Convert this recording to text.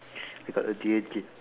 we got a D_A date